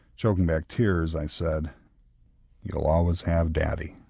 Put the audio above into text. choking back tears, i said you'll always have daddy.